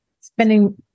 spending